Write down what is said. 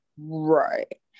right